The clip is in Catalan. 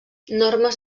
normes